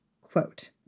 Quote